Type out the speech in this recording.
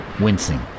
wincing